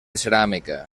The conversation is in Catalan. ceràmica